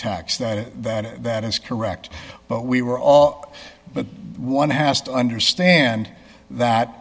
the tax that that is correct but we were all but one has to understand that